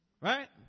right